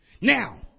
Now